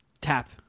tap